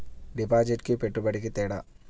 డిపాజిట్కి పెట్టుబడికి తేడా?